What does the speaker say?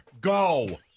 Go